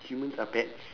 humans are pets